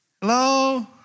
Hello